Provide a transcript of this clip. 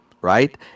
right